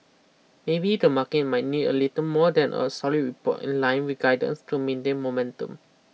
maybe the market might need a little more than a solid report in line with guidance to maintain momentum